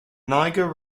niger